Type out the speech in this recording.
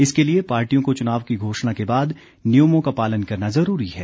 इसके लिए पार्टियों को चुनाव की घोषणा के बाद नियमों का पालन करना जरूरी है